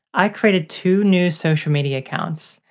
i created two new social media accounts.